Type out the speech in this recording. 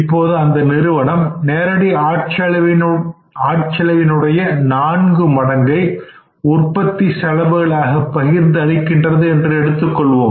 இப்பொழுது அந்த நிறுவனம் நேரடி ஆட்செலவினுடைய நான்கு மடங்கை உற்பத்தி செலவுகளாக பகிர்ந்து அளிக்கின்றது என்று எடுத்துக்கொள்வோம்